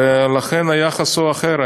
לכן היחס הוא אחר,